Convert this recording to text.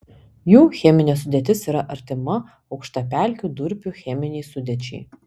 jų cheminė sudėtis yra artima aukštapelkių durpių cheminei sudėčiai